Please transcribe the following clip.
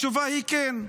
התשובה היא כן.